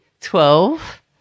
Twelve